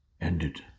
ended